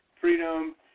freedom